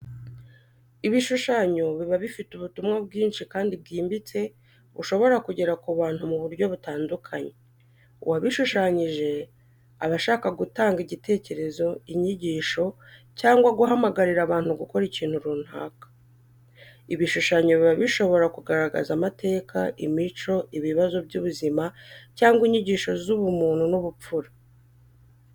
Ibishushanyo biba bifite ubutumwa bwinshi kandi bwimbitse bushobora kugera ku bantu mu buryo butandukanye. Uwabishushanyije aba ashaka gutanga igitekerezo, inyigisho cyangwa guhamagarira abantu gukora ikintu runaka. Ibishushanyo biba bishobora kugaragaza amateka, imico, ibibazo by’ubuzima, cyangwa inyigisho z’ubumuntu n’ubupfura.